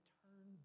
turn